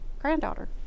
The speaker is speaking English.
granddaughter